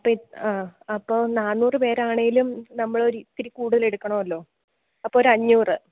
അപ്പോൾ അപ്പോൾ നാന്നൂറ് പേരാണേലും നമ്മളൊരിത്തിരി കൂടുതൽ എടുക്കണമല്ലോ അപ്പോൾ ഒരഞ്ഞൂറ്